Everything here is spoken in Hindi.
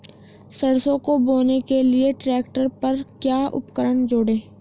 सरसों को बोने के लिये ट्रैक्टर पर क्या उपकरण जोड़ें?